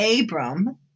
Abram